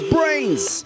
Brains